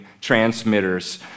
transmitters